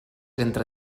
entre